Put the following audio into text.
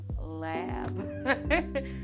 lab